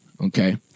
Okay